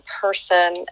person